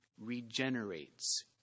regenerates